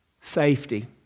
Safety